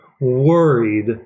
worried